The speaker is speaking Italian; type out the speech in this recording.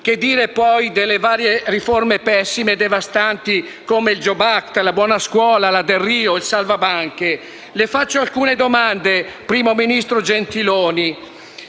Che dire poi delle varie riforme pessime e devastanti come il *jobs act*, la buona scuola, la cosiddetta legge Delrio e il salva banche? Le faccio alcune domande, primo ministro Gentiloni.